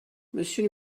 monsieur